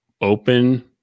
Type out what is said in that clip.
open